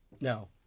No